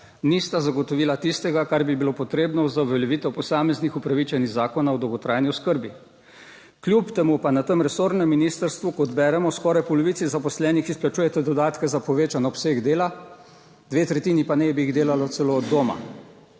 nista zagotovila tistega, kar bi bilo potrebno za uveljavitev posameznih upravičen iz Zakona o dolgotrajni oskrbi. Kljub temu pa na tem resornem ministrstvu, kot beremo, skoraj polovici zaposlenih izplačuje dodatke za povečan obseg dela, dve tretjini pa naj bi jih delalo celo od doma.